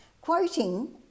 quoting